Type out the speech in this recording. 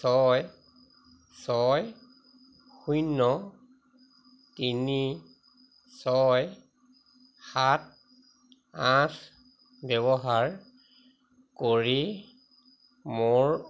ছয় ছয় শূন্য তিনি ছয় সাত আঠ ব্যৱহাৰ কৰি মোৰ